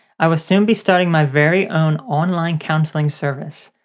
i will soon be starting my very own online counseling service.